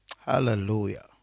Hallelujah